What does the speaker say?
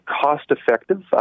cost-effective